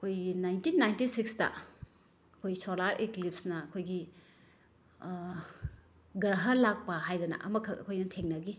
ꯑꯩꯈꯣꯏꯒꯤ nineteen ninety ꯁꯤꯛꯁꯇ ꯑꯩꯈꯣꯏ ꯁꯣꯂꯥꯔ ꯏꯀ꯭ꯂꯤꯞꯁꯅ ꯑꯩꯈꯣꯏꯒꯤ ꯒ꯭ꯔꯥꯍꯟ ꯂꯥꯛꯞ ꯍꯥꯏꯗꯅ ꯑꯃꯈꯛ ꯑꯩꯈꯣꯏꯅ ꯊꯦꯡꯅꯈꯤ